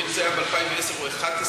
זה היה ב-2010 או 2011,